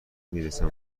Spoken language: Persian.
میرسم